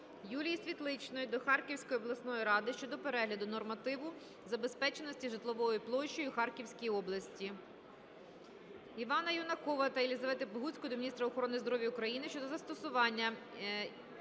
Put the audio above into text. Юлії Світличної до Харківської обласної ради щодо перегляду нормативу забезпеченості житловою площею у Харківській області. Івана Юнакова та Єлізавети Богуцької до Міністра охорони здоров'я України щодо застосування